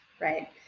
right